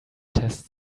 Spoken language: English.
test